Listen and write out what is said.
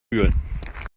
fühlen